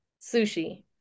Sushi